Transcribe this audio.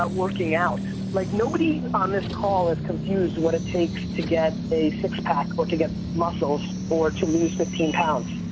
but working out, like, nobody on this call is confused what it takes to get a six-pack, or to get muscles, or to lose fifteen pounds.